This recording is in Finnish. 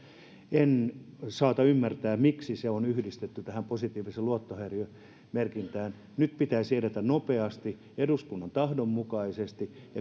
en saata ymmärtää miksi se on yhdistetty tähän positiiviseen luottohäiriömerkintään nyt pitäisi edetä nopeasti eduskunnan tahdon mukaisesti